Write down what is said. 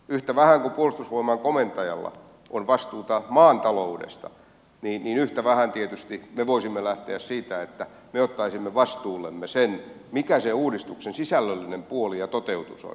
yhtä vähän kuin puolustusvoimain komentajalla on vastuuta maan taloudesta yhtä vähän tietysti me voisimme lähteä siitä että me ottaisimme vastuullemme sen mikä se uudistuksen sisällöllinen puoli ja toteutus on